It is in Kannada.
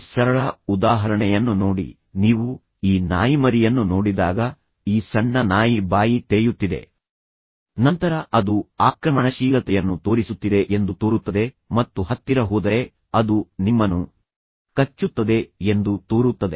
ಈ ಸರಳ ಉದಾಹರಣೆಯನ್ನು ನೋಡಿ ನೀವು ಈ ನಾಯಿಮರಿಯನ್ನು ನೋಡಿದಾಗ ಈ ಸಣ್ಣ ನಾಯಿ ಬಾಯಿ ತೆರೆಯುತ್ತಿದೆ ನಂತರ ಅದು ಆಕ್ರಮಣಶೀಲತೆಯನ್ನು ತೋರಿಸುತ್ತಿದೆ ಎಂದು ತೋರುತ್ತದೆ ಮತ್ತು ಹತ್ತಿರ ಹೋದರೆ ಅದು ನಿಮ್ಮನ್ನು ಕಚ್ಚುತ್ತದೆ ಎಂದು ತೋರುತ್ತದೆ